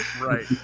Right